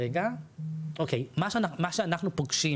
מה שאנחנו פוגשים